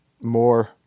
more